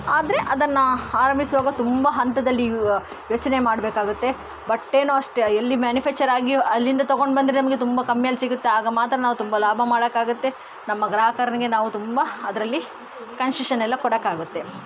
ಆದರೆ ಅದನ್ನು ಆರಂಭಿಸುವಾಗ ತುಂಬ ಹಂತದಲ್ಲಿ ಯೋಚನೆ ಮಾಡಬೇಕಾಗುತ್ತೆ ಬಟ್ಟೆನೂ ಅಷ್ಟೇ ಎಲ್ಲಿ ಮ್ಯಾನ್ಯುಫ್ಯಚರ್ ಆಗಿ ಅಲ್ಲಿಂದ ತಗೊಂಡು ಬಂದರೆ ನಮಗೆ ತುಂಬ ಕಮ್ಮಿಯಲ್ಲಿ ಸಿಗುತ್ತೆ ಆಗ ಮಾತ್ರ ನಾವು ತುಂಬ ಲಾಭ ಮಾಡೊಕಾಗತ್ತೆ ನಮ್ಮ ಗ್ರಾಹಕರನಿಗೆ ನಾವು ತುಂಬ ಅದರಲ್ಲಿ ಕನ್ಸೆಷನ್ ಎಲ್ಲ ಕೊಡೊಕಾಗುತ್ತೆ